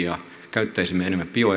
käyttäisimme enemmän bioenergiaa